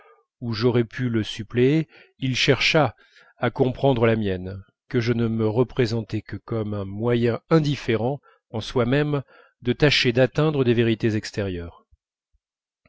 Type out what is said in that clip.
où j'aurais pu le suppléer il cherchât à comprendre la mienne que je ne me représentais que comme un moyen indifférent en soi-même de tâcher d'atteindre des vérités extérieures